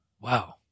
Wow